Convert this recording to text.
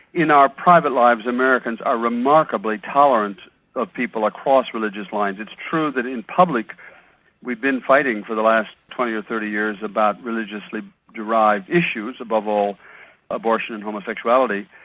in our private lives americans are remarkably tolerant of people across religious lines. it's true that in public we've been fighting for the last twenty or thirty years about religiously derived issues, above all abortion and homosexuality,